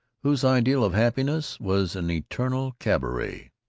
whose ideal of happiness was an eternal cabaret.